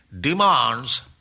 demands